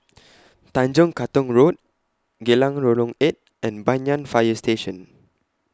Tanjong Katong Road Geylang Lorong eight and Banyan Fire Station